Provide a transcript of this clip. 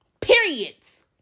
Periods